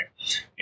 right